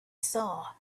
saw